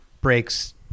breaks